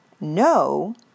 no